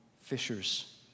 fishers